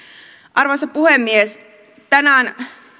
arvoisa puhemies tänään